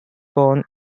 born